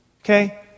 Okay